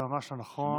זה ממש לא נכון.